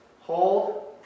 Hold